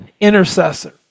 intercessor